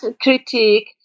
critique